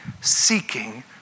seeking